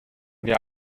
wir